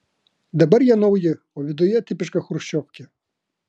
dabar jie nauji o viduje tipiška chruščiovkė